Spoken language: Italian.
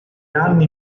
anni